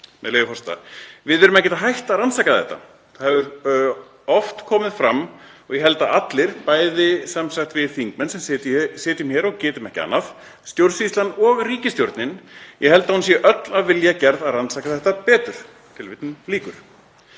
„Við erum ekkert hætt að rannsaka þetta. Það hefur oft komið fram og ég held að allir, við þingmenn sem sitjum hér og getum ekki annað, stjórnsýslan og ríkisstjórnin — ég held að hún sé öll af vilja gerð að rannsaka þetta betur.“ Ég verð